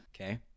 Okay